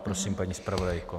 Prosím, paní zpravodajko.